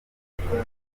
musenyeri